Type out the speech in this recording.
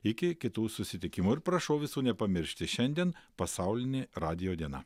iki kitų susitikimų ir prašau visų nepamiršti šiandien pasaulinė radijo diena